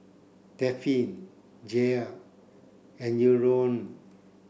Dafne Jair and Eleonore